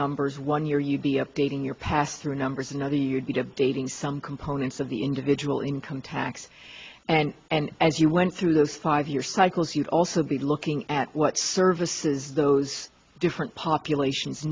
numbers one year you'd be updating your pass through numbers and dating some components of the individual income tax and and as you went through this five year cycles you'd also be looking at what services those different populations